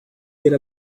get